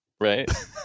right